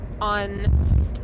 on